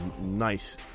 nice